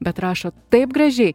bet rašo taip gražiai